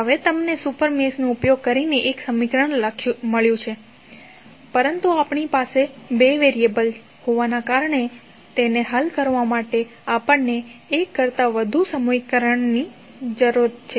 હવે તમને સુપર મેશનો ઉપયોગ કરીને એક સમીકરણ મળ્યું છે પરંતુ આપણી પાસે બે વેરીએબલ હોવાને કારણે તેને હલ કરવા માટે આપણને એક કરતા વધુ સમીકરણની જરૂર છે